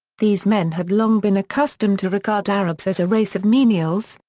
these men had long been accustomed to regard arabs as a race of menials,